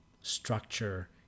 structure